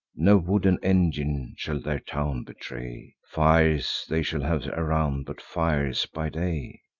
no wooden engine shall their town betray fires they shall have around, but fires by day.